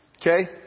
Okay